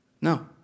No